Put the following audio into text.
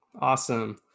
Awesome